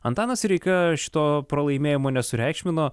antanas sireika šito pralaimėjimo nesureikšmino